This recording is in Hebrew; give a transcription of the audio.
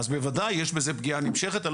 אז בוודאי יש איזו פגיעה נמשכת ואני